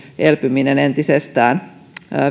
elpyminen entisestään